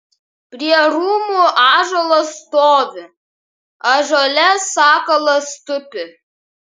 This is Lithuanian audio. prie rūmų ąžuolas stovi ąžuole sakalas tupi